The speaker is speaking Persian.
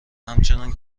همچنان